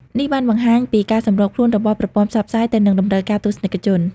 នេះបានបង្ហាញពីការសម្របខ្លួនរបស់ប្រព័ន្ធផ្សព្វផ្សាយទៅនឹងតម្រូវការទស្សនិកជន។